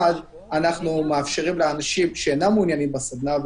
אנחנו מאפשרים לאנשים שאינם מעוניינים בסדנה,